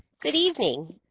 good evening.